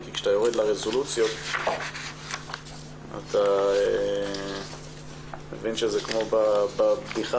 כשאתה יורד לרזולוציות אתה מבין שזה כמו בבדיחה